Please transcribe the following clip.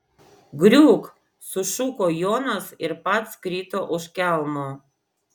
griūk sušuko jonas ir pats krito už kelmo